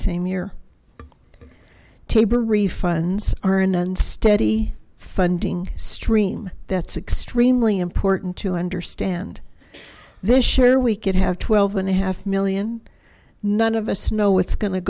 same year taber refunds are an unsteady funding stream that's extremely important to understand this share we could have twelve and a half million none of us know what's going to